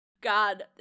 God